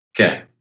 Okay